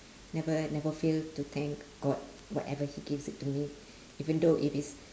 never never fail to thank god whatever he gives it to me even though it is